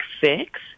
fix